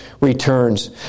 returns